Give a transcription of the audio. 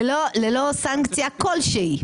ללא סנקציה כלשהי.